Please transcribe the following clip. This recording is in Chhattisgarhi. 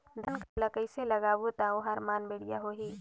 धान कर ला कइसे लगाबो ता ओहार मान बेडिया होही?